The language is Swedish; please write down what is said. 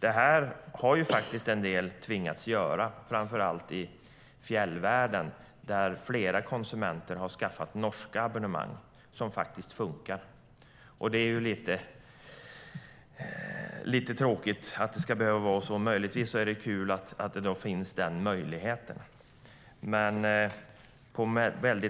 Men så har faktiskt en del tvingats göra, framför allt i fjällvärlden där flera konsumenter har skaffat norska abonnemang som faktiskt funkar. Det är lite tråkigt att det ska behöva vara så. Möjligtvis är det kul att möjligheten ändå finns.